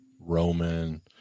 Roman